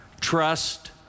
Trust